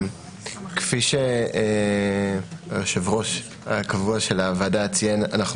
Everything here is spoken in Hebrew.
כפי שהיושב-ראש הקבוע של הוועדה ציין אנחנו